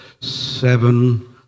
seven